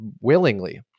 willingly